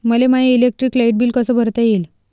मले माय electric light bill कस भरता येईल?